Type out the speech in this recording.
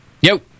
Yo